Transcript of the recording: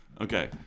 Okay